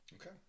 Okay